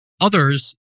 Others